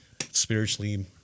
spiritually